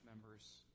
members